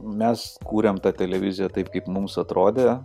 mes kūrėm tą televiziją taip kaip mums atrodė